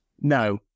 No